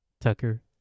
Tucker